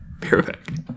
Perfect